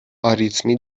آریتمی